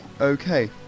Okay